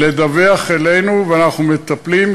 לדווח לנו, ואנחנו מטפלים.